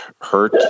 hurt